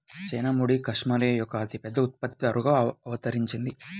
China ముడి cashmere యొక్క అతిపెద్ద ఉత్పత్తిదారుగా అవతరించింది